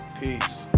Peace